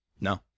No